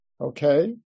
Okay